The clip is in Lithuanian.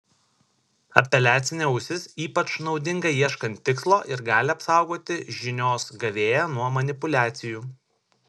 apeliacinė ausis ypač naudinga ieškant tikslo ir gali apsaugoti žinios gavėją nuo manipuliacijų